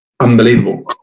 unbelievable